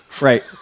Right